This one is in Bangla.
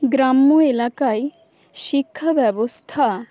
গ্রাম্য এলাকায় শিক্ষাব্যবস্থা